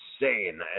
insane